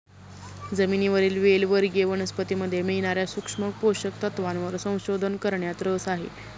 जमिनीवरील वेल वर्गीय वनस्पतीमध्ये मिळणार्या सूक्ष्म पोषक तत्वांवर संशोधन करण्यात रस आहे